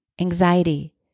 anxiety